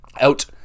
out